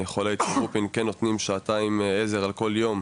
אני יכול להעיד שרופין כן נותנים שעתיים עזר על כל יום,